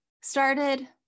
started